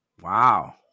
Wow